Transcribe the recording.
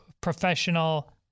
professional